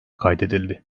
kaydedildi